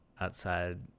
outside